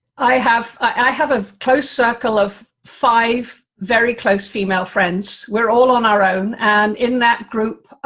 i have i have a close circle of five, very close female friends. we're all on our own and in that group,